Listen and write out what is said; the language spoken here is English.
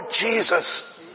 Jesus